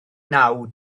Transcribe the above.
naw